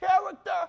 character